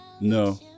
no